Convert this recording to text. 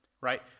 right